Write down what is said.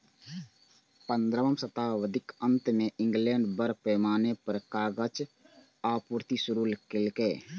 पंद्रहम शताब्दीक अंत मे इंग्लैंड बड़ पैमाना पर कागजक आपूर्ति शुरू केलकै